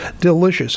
Delicious